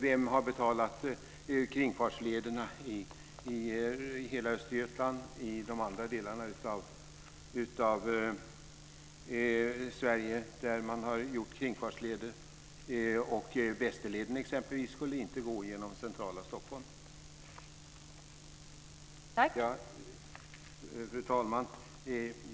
Vem har betalat kringfartslederna i hela Östergötland och i de andra delarna av Sverige där man har gjort kringfartsleder? T.ex. Västerleden skulle inte gå genom centrala Stockholm. Fru talman!